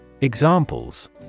Examples